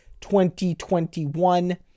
2021